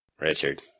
Richard